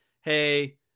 hey